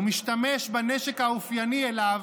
ומשתמש בנשק האופייני לו,